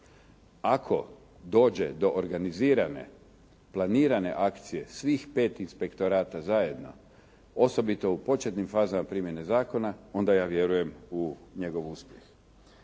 Ako dođe do organizirane, planirane akcije svih 5 inspektorata zajedno, osobito u početnim fazama primjene zakona, onda ja vjerujem u njegov uspjeh.